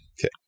Okay